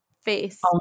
face